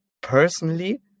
Personally